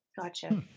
Gotcha